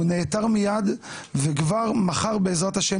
הוא נעתר מיד וכבר מחר בעזרת ה',